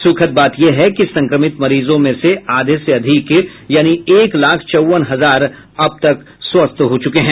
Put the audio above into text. सुखद बात यह है कि संक्रमित मरीजों में से आधे से अधिक यानी एक लाख चौवन हजार अबतक स्वस्थ हो चुके हैं